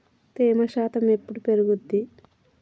తేమ శాతం ఎప్పుడు పెరుగుద్ది?